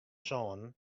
sânen